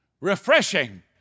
refreshing